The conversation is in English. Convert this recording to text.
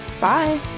bye